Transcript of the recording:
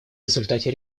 результате